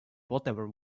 whatever